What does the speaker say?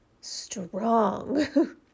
strong